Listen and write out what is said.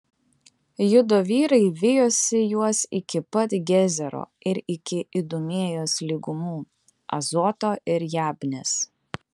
judo vyrai vijosi juos iki pat gezero ir iki idumėjos lygumų azoto ir jabnės